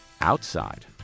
outside